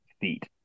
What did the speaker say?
feet